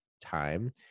time